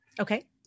Okay